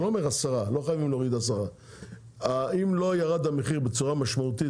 לא חייבים בכ-10% אבל אם לא ירד המחיר בצורה משמעותית,